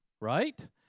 right